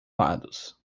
lados